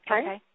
Okay